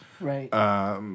Right